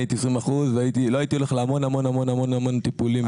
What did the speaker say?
אני הייתי 20% ולא הייתי הולך להמון המון טיפולים בגלל זה.